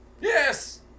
Yes